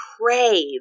crave